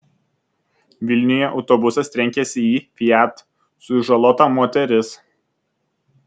vilniuje autobusas trenkėsi į fiat sužalota moteris